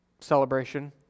celebration